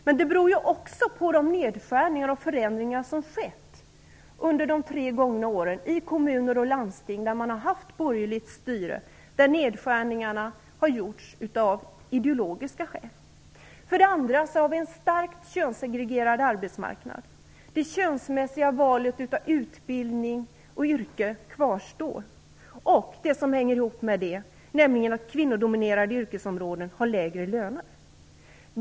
Men det beror också på de nedskärningar och förändringar som skett under de tre gångna åren i kommuner och landsting, där man har haft borgerligt styre och där nedskärningarna har genomförts av ideologiska skäl. För det andra: Vi har en starkt könssegregerad arbetsmarknad. Det könsmässiga valet av utbildning och yrke kvarstår och det som hänger samman med det, nämligen att lönerna inom kvinnodominerade yrkesområden är lägre.